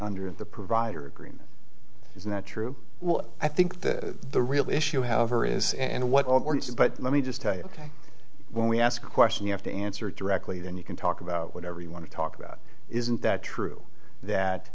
under the provider agreement isn't that true well i think that the real issue however is and what all but let me just tell you when we ask a question you have to answer directly then you can talk about whatever you want to talk about isn't that true that